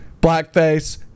blackface